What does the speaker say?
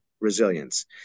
Resilience